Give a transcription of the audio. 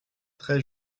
très